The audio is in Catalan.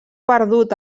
perdut